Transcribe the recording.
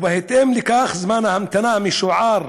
ובהתאם לכך זמן ההמתנה המשוער